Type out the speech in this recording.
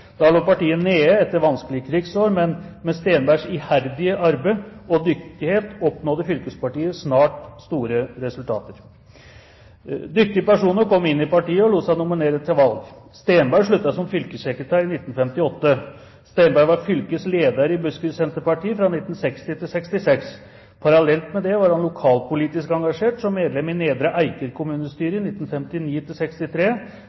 Da lå partiet nede etter vanskelige krigsår, men med Steenbergs iherdige arbeid og dyktighet oppnådde fylkespartiet snart store resultater. Dyktige personer kom inn i partiet og lot seg nominere til valg. Steenberg sluttet som fylkessekretær i 1958. Steenberg var fylkesleder i Buskerud Senterparti 1960–1966. Parallelt med det var han lokalpolitisk engasjert som medlem i Nedre